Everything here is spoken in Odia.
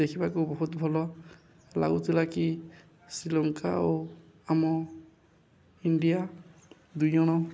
ଦେଖିବାକୁ ବହୁତ ଭଲ ଲାଗୁଥିଲା କି ଶ୍ରୀଲଙ୍କା ଓ ଆମ ଇଣ୍ଡିଆ ଦୁଇ ଜଣ